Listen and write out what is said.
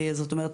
זאת אומרת,